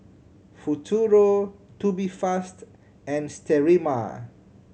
Futuro Tubifast and Sterimar